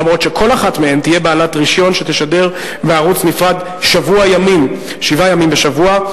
אף שכל אחת מהן תהיה בעלת רשיון לשדר בערוץ נפרד שבעה ימים בשבוע,